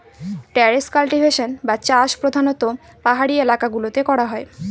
terrace cultivation বা চাষ প্রধানত পাহাড়ি এলাকা গুলোতে করা হয়